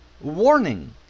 Warning